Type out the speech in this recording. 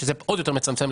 שזה עוד יותר מצמצם,